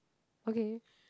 okay